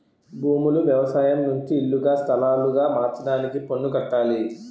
భూములు వ్యవసాయం నుంచి ఇల్లుగా స్థలాలుగా మార్చడానికి పన్ను కట్టాలి